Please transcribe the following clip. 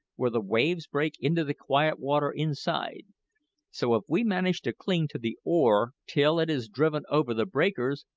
where the waves break into the quiet water inside so if we manage to cling to the oar till it is driven over the breakers,